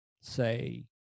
say